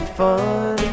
fun